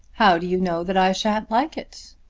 how do you know that i shan't like it?